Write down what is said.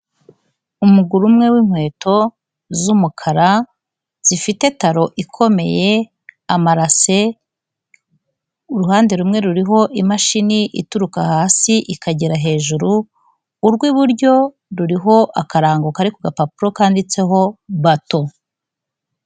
Umuguri umwe w'inkweto z'umukara zifite taro ikomeye, amarase, uruhande rumwe ruriho imashini ituruka hasi ikagera hejuru, urw'iburyo ruriho akarango kari ku gapapuro kanditseho "Bato".